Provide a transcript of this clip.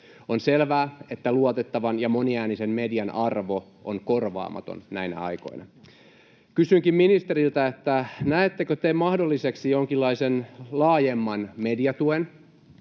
On selvää, että luotettavan ja moniäänisen median arvo on korvaamaton näinä aikoina. Kysynkin ministeriltä: näettekö te mahdolliseksi jonkinlaisen laajemman mediatuen